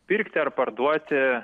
pirkti ar parduoti